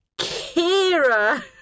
Kira